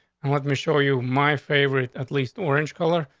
and let me show you my favorite at least orange color,